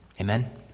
Amen